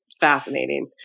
fascinating